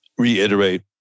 reiterate